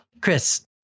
chris